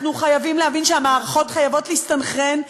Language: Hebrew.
אנחנו חייבים להבין שהמערכות חייבות להסתנכרן,